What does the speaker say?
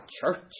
church